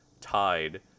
tied